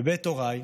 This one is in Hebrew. בבית הוריי,